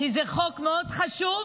כי זה חוק מאוד חשוב.